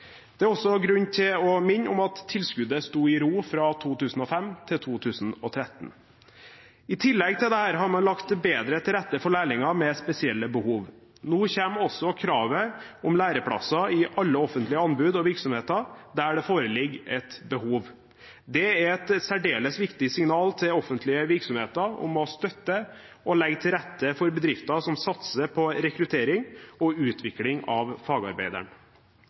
Det er også grunn til å minne om at tilskuddet sto i ro fra 2005 til 2013. I tillegg til dette har man lagt bedre til rette for lærlinger med spesielle behov. Nå kommer også kravet om læreplasser i alle offentlige anbud og virksomheter der det foreligger et behov. Det er et særdeles viktig signal til offentlige virksomheter om å støtte og legge til rette for bedrifter som satser på rekruttering og utvikling av fagarbeideren.